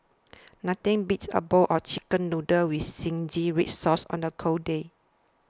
nothing beats a bowl of Chicken Noodles with Zingy Red Sauce on a cold day